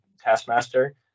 Taskmaster